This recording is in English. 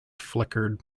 flickered